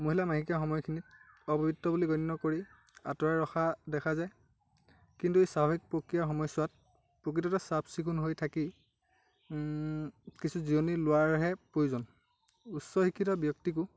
মহিলাৰ মাহেকীয়া সময়খিনিত অপবিত্ৰ বুলি গণ্য় কৰি আঁতৰাই ৰখা দেখা যায় কিন্তু স্বাভাৱিক প্ৰক্ৰিয়াৰ সময়ছোৱাত প্ৰকৃততে চাফ চিকুণ হৈ থাকি কিছু জিৰণী লোৱাৰহে প্ৰয়োজন উচ্চশিক্ষিত ব্য়ক্তিকো